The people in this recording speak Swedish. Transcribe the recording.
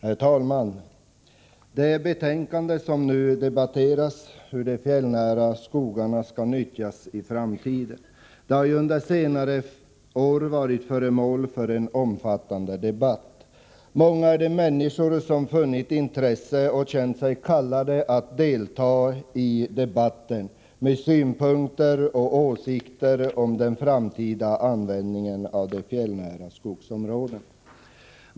Herr talman! Det ämne som nu debatteras, hur de fjällnära skogarna skall nyttjas i framtiden, har under senare år varit föremål för en omfattande debatt. Många är de människor som funnit intresse av och känt sig kallade att delta i debatten med synpunkter och åsikter om den framtida användningen av de fjällnära skogsområdena.